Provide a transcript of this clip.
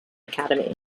academy